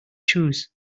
choose